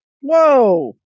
Whoa